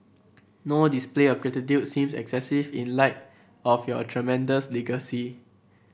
no display of gratitude seems excessive in light of your tremendous legacy